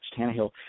Tannehill